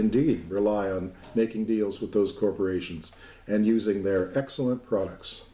indeed rely on making deals with those corporations and using their excellent products